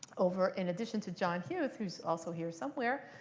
over in addition to john hughes who's also here somewhere,